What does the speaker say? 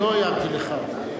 לא הערתי לך.